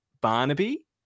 Barnaby